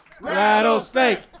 rattlesnake